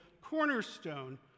cornerstone